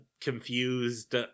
confused